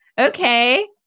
Okay